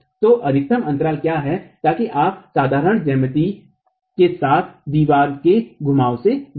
तो अधिकतम अंतराल क्या है ताकि आप साधारण ज्यामिति के साथ दीवार के घुमाव से बचें